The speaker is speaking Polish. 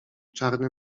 czarny